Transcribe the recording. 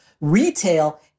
retail